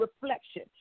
reflection